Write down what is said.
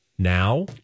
Now